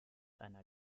einer